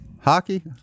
Hockey